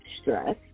stress